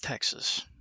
Texas